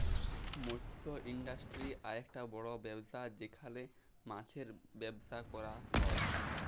মৎস ইন্ডাস্ট্রি আককটা বড় ব্যবসা যেখালে মাছের ব্যবসা ক্যরা হ্যয়